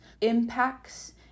impacts